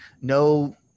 no